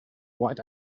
white